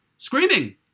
Screaming